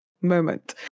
moment